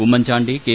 Oommen Chandy K